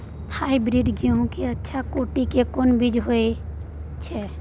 Hybrid गेहूं के अच्छा कोटि के कोन बीज होय छै?